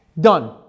done